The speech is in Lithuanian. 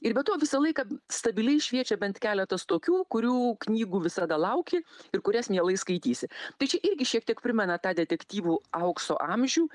ir be to visą laiką stabiliai šviečia bent keletas tokių kurių knygų visada lauki ir kurias mielai skaitysi tai čia irgi šiek tiek primena tą detektyvų aukso amžių